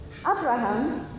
Abraham